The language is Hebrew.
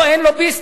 לו אין לוביסטים,